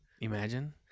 Imagine